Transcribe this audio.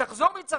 היא תחזור מצרפת,